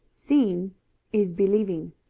seeing is believing.